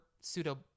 pseudo